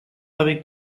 avec